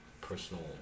personal